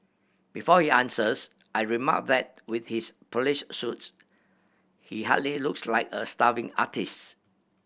before he answers I remark that with his polished suits he hardly looks like a starving artist